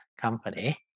company